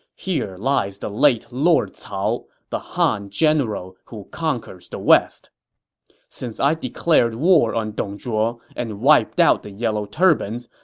here lies the late lord cao, the han general who conquers the west since i declared war on dong zhuo and wiped out the yellow turbans,